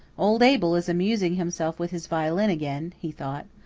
old abel is amusing himself with his violin again, he thought.